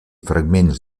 fragments